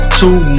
two